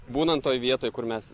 būnan toj vietoj kur mes